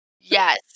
Yes